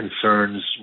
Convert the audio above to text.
concerns